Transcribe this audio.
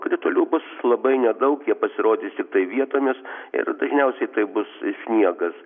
kritulių bus labai nedaug jie pasirodys tiktai vietomis ir dažniausiai tai bus sniegas